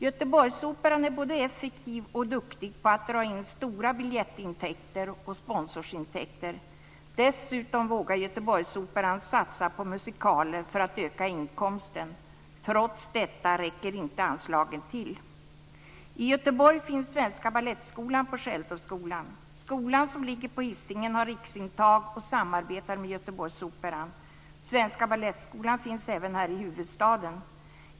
Göteborgsoperan är både effektiv och duktig på att dra in stora biljettintäkter och sponsorsintäkter. Dessutom vågar Göteborgsoperan satsa på musikaler för att öka inkomsten. Trots detta räcker inte anslagen till. I Göteborg finns Svenska balettskolan. Skolan, som ligger på Hisingen, har riksintag och samarbetar med Göteborgsoperan. Svenska balettskolan finns även här i huvudstaden.